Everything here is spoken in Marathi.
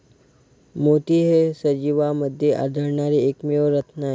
मोती हे सजीवांमध्ये आढळणारे एकमेव रत्न आहेत